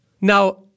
Now